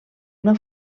una